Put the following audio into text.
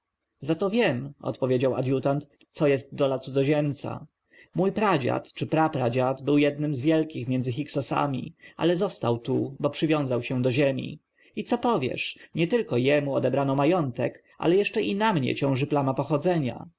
egipcie zato wiem odpowiedział adjutant co jest dola cudzoziemca mój pradziad czy prapradziad był jednym z wielkich między hyksosami ale został tu bo przywiązał się do ziemi i co powiesz nietylko jemu odebrano majątek ale jeszcze i na mnie ciąży plama pochodzenia